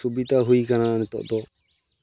ᱥᱩᱵᱤᱫᱷᱟ ᱦᱩᱭ ᱠᱟᱱᱟ ᱱᱤᱛᱚᱜ ᱫᱚ